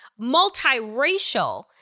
Multiracial